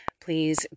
Please